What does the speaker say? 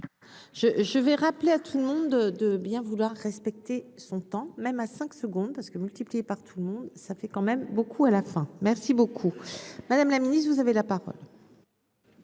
je vais rappeler à tout le monde, de bien vouloir. Respecter son temps, même à 5 secondes parce que multiplier par tout le monde, ça fait quand même beaucoup à la fin, merci beaucoup, Madame la Ministre, vous avez là-bas.